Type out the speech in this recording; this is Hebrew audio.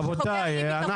רבותיי,